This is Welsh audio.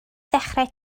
ddechrau